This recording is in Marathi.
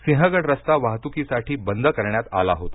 सिंहगड् रस्ता वाहतूक साठी बंद करण्यात आला होता